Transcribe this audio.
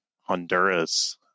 Honduras